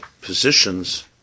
positions